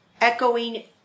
echoing